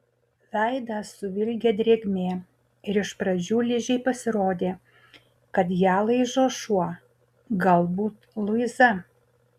veidą suvilgė drėgmė ir iš pradžių ližei pasirodė kad ją laižo šuo galbūt luiza